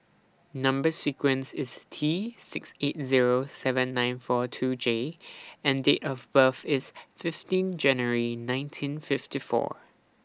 Number sequence IS T six eight Zero seven nine four two J and Date of birth IS fifteen January nineteen fifty four